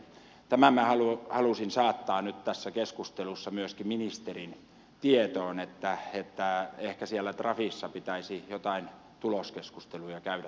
tämän minä halusin saattaa nyt tässä keskustelussa myöskin ministerin tietoon että ehkä siellä trafissa pitäisi joitain tuloskeskusteluja käydä tämän osalta